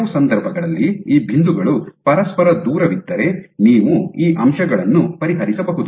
ಕೆಲವು ಸಂದರ್ಭಗಳಲ್ಲಿ ಈ ಬಿಂದುಗಳು ಪರಸ್ಪರ ದೂರವಿದ್ದರೆ ನೀವು ಈ ಅಂಶಗಳನ್ನು ಪರಿಹರಿಸಬಹುದು